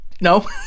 No